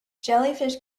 jellyfish